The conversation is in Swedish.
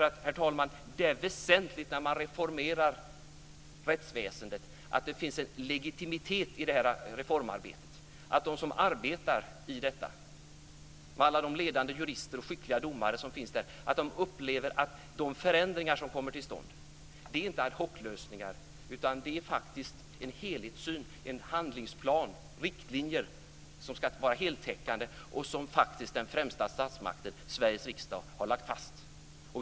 Det är nämligen väsentligt när man reformerar rättsväsendet, herr talman, att det finns en legitimitet i detta reformarbete och att de som arbetar i detta - alla de ledande jurister och skickliga domare som finns där - upplever att de förändringar som kommer till stånd inte är ad hoc-lösningar utan faktiskt en helhetssyn och en handlingsplan, riktlinjer som ska vara heltäckande och som faktiskt den främsta statsmakten, Sveriges riksdag, har lagt fast.